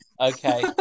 Okay